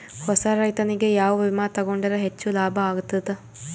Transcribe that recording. ಹೊಸಾ ರೈತನಿಗೆ ಯಾವ ವಿಮಾ ತೊಗೊಂಡರ ಹೆಚ್ಚು ಲಾಭ ಆಗತದ?